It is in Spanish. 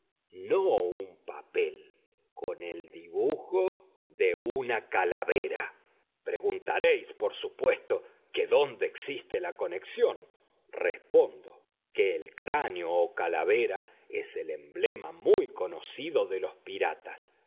no un papel con el dibujo de una calavera preguntaréis por supuesto que dónde existe la conexión respondo que el cráneo o calavera es el emblema muy conocido de los piratas